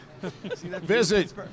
Visit